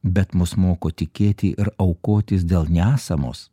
bet mus moko tikėti ir aukotis dėl nesamos